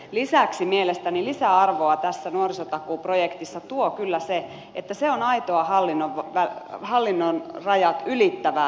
lisäksi mielestäni lisäarvoa tässä nuorisotakuuprojektissa tuo kyllä se että se on aitoa hallinnon rajat ylittävää yhteistyötä